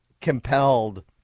compelled